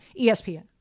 ESPN